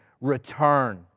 Return